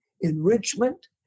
Enrichment